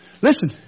Listen